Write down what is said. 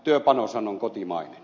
työpanoshan on kotimainen